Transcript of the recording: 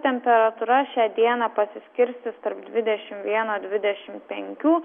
temperatūra šią dieną pasiskirstys tarp dvidešim vieno dvidešim penkių